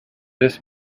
this